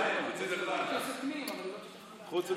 חוץ וביטחון.